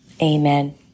amen